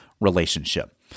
relationship